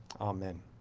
amen